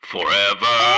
forever